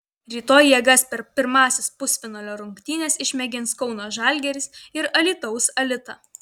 rytoj jėgas per pirmąsias pusfinalio rungtynes išmėgins kauno žalgiris ir alytaus alita